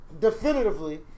Definitively